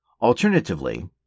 Alternatively